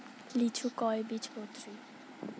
লিচু কয় বীজপত্রী?